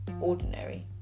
ordinary